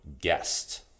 guest